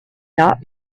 not